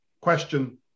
question